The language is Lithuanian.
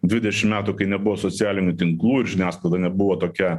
dvidešim metų kai nebuvo socialinių tinklų ir žiniasklaida nebuvo tokia